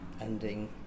ending